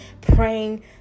praying